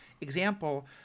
example